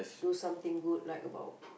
do something good like about